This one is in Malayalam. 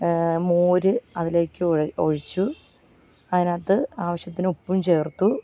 മോരു അതിലേക്ക് ഒഴിച്ചു അതിനകത്ത് ആവശ്യത്തിന് ഉപ്പും ചേർത്തു